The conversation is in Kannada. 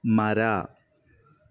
ಮರ